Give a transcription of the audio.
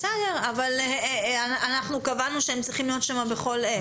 בסדר, אבל קבענו שהם צריכים להיות שם בכל עת.